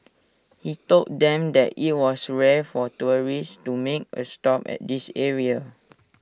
he told them that IT was rare for tourists to make A stop at this area